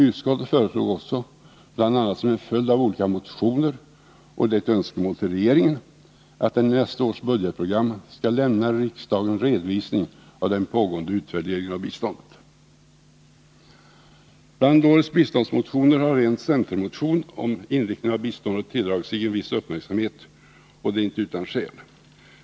Utskottet föreslår också, bl.a. som en följd av olika motioner — och det är ett önskemål till regeringen — att regeringen i nästa års budgetprogram skall lämna riksdagen redovisning av den pågående utvärderingen av biståndet. Bland årets biståndsmotioner har en centermotion om inriktningen av biståndet tilldragit sig en viss uppmärksamhet, och det är inte utan skäl.